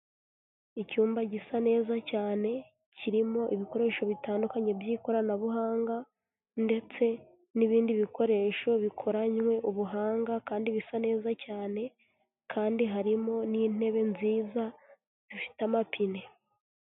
Icyumba gisa neza cyane kirimo ibikoresho bitandukanye by'ikoranabuhanga ndetse n'ibindi bikoresho bikoranywe ubuhanga kandi bisa neza cyane kandi harimo n'intebe nziza zifite amapine.